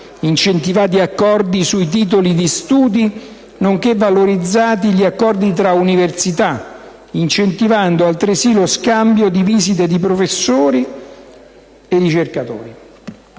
incentivati accordi sui titoli di studio, nonché valorizzati gli accordi tra università, incentivando altresì lo scambio di visite di professori e ricercatori.